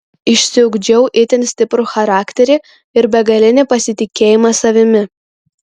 išsiugdžiau itin stiprų charakterį ir begalinį pasitikėjimą savimi